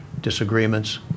disagreements